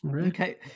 Okay